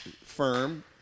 firm